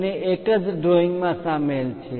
બંને એક જ ડ્રોઇંગ્સ માં શામેલ છે